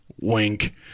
Wink